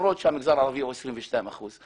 למרות שהמגזר הערבי הוא 22 אחוזים